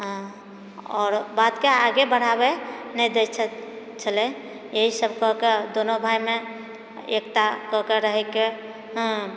आओर बातके आगे बढ़ाबै नहि दए छथि छलै एहि सब कहि कए दुनू भाइमे एकता कएके रहएके